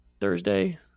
Thursday